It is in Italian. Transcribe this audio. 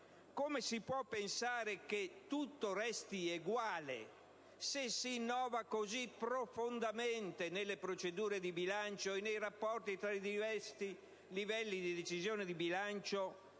Come si può pensare che tutto resti uguale se si innovano così profondamente le procedure di bilancio ed i rapporti tra i diversi livelli di decisione di bilancio?